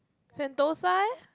Sentosa leh